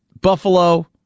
Buffalo